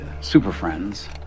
super-friends